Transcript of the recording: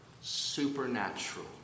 supernatural